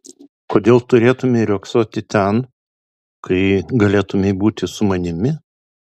kodėl turėtumei riogsoti ten kai galėtumei būti su manimi